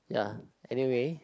ya anyway